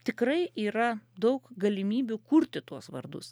tikrai yra daug galimybių kurti tuos vardus